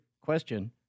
question